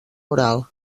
oral